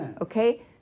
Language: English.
Okay